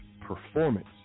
performance